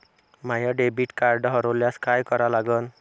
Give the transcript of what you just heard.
माय debit card हरोल्यास काय करा लागन?